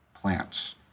Plants